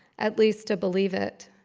at least to believe it.